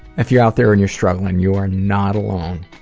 if you're out there and you're struggling. you are not alone,